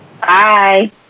Bye